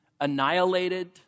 annihilated